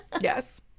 yes